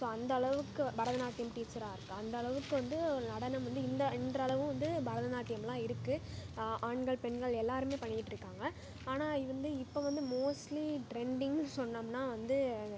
so அந்தளவுக்கு பரதநாட்டியம் டீச்சராக இருக்கா அந்தளவுக்கு வந்து நடனம் வந்து இன்று இன்றளவும் வந்து பரதநாட்டியமெலாம் இருக்குது ஆ ஆண்கள் பெண்கள் எல்லாருமே பண்ணிகிட்டு இருக்காங்க ஆனால் வந்து இப்போ வந்து மோஸ்ட்லீ ட்ரெண்டிங்னு சொன்னோம்னா வந்து